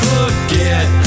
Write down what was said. Forget